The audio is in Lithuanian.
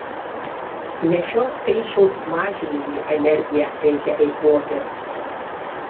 ne šio skaičiaus mažinimui energiją reikia eikvoti